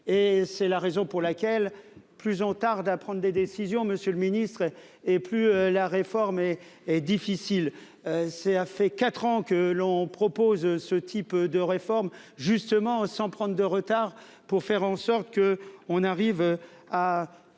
c'est la raison pour laquelle plus on tarde à prendre des décisions. Monsieur le Ministre et plus la réforme elle est difficile. C à fait 4 ans que l'on propose ce type de réforme justement sans prendre de retard pour faire en sorte que on arrive à